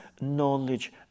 knowledge